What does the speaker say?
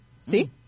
See